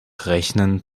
rechnen